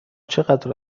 چند